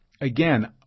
again